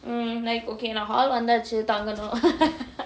um nop okay in a hall under chi dung lah